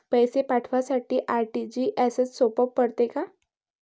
पैसे पाठवासाठी आर.टी.जी.एसचं सोप पडते का?